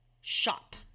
shop